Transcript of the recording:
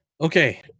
okay